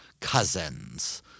cousins